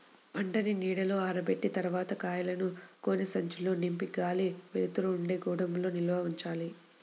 పంటని నీడలో ఆరబెట్టిన తర్వాత కాయలను గోనె సంచుల్లో నింపి గాలి, వెలుతురు ఉండే గోదాముల్లో నిల్వ ఉంచాలి